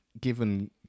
given